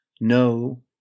no